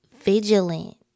vigilant